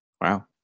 Wow